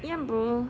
ya bro